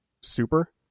Super